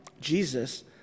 Jesus